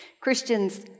Christians